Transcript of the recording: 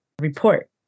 report